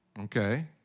okay